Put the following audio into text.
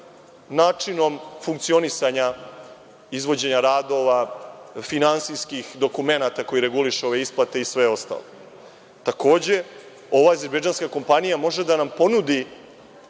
načinom funkcionisanja izvođenja radova, finansijskih dokumenata koji reguliše ove isplate i sve ostalo. Takođe, ova azerbejdžanska kompanija može da nam ponudi